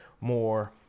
more